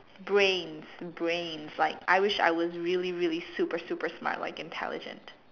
brains brains like I wish I was really really super super smart like intelligent